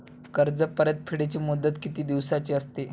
कर्ज परतफेडीची मुदत किती दिवसांची असते?